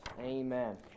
Amen